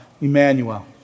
Emmanuel